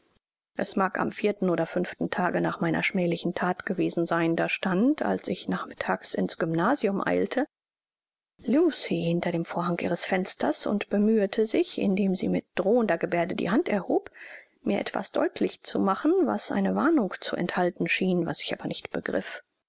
es mag am vierten oder fünften tage nach meiner schmählichen that gewesen sein da stand als ich nachmittags in's gymnasium eilte lucie hinter dem vorhange ihres fensters und bemühete sich indem sie mit drohender geberde die hand erhob mir etwas deutlich zu machen was eine warnung zu enthalten schien was ich aber nicht begriff